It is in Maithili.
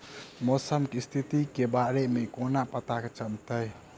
मौसम केँ स्थिति केँ बारे मे कोना पत्ता चलितै?